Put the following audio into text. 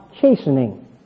chastening